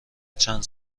چند